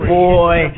boy